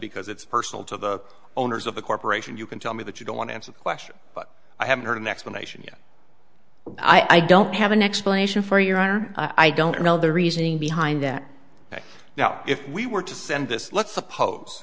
because it's personal to the owners of the corporation you can tell me that you don't want to answer the question but i haven't heard an explanation i don't have an explanation for your honor i don't know the reasoning behind that but now if we were to send this let's suppose